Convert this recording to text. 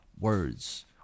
words